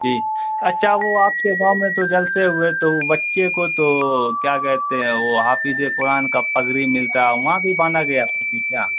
جی اچھا وہ آپ کے گاؤں میں تو جلسے ہوئے تو وہ بچے کو تو کیا کہتے ہیں وہ حافظ قرآن کا پگڑی ملتا ہے وہاں بھی باندھا گیا تھا کیا